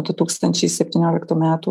du tūkstančiai septynioliktų metų